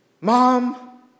Mom